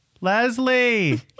Leslie